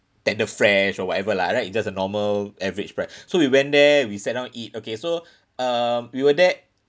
Tenderfresh or whatever lah right just a normal average branch so we went there we sat down eat okay so uh we were there